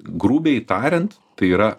grubiai tariant tai yra